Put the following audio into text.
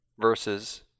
versus